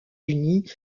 unis